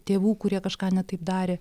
tėvų kurie kažką ne taip darė